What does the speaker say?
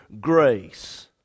grace